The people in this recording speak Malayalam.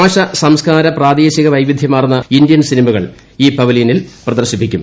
ഭാഷ സംസ്കാര പ്രാദേശിക വൈവിദ്ധ്യമാർണ്ണ് ഇന്ത്യൻ സിനിമകൾ ഈ പവലിയനിൽ പ്രദർശിപ്പിക്കും